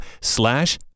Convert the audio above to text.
slash